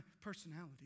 personality